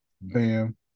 Bam